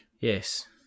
Yes